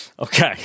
Okay